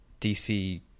DC